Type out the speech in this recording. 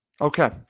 Okay